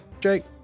Jake